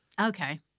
Okay